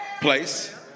place